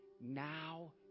now